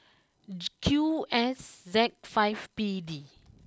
Q S Z five P D